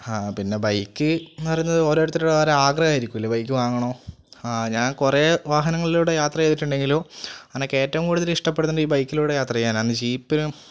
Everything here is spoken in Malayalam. ആ പിന്നെ ബൈക്ക് എന്ന് പറയുന്നത് ഓരോരുത്തർക്കും ഓരോ ആഗ്രഹമായിരിക്കും ബൈക്ക് വാങ്ങണോ അ ഞാൻ കുറെ വാഹനങ്ങളിലൂടെ യാത്ര ചെയ്തിട്ടുണ്ടെങ്കിലും എനിക്ക് ഏറ്റവും കൂടുതൽ ഇഷ്ടപ്പെടുന്നത് ഈ ബൈക്കിലൂടെ യാത്ര ചെയ്യാനാണ് ജീപ്പിനും